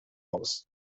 aus